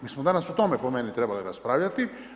Mi smo danas o tome po meni trebali raspravljati.